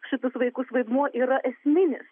šitus vaikus vaidmuo yra esminis